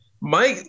Mike